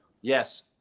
Yes